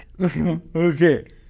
Okay